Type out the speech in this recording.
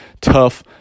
tough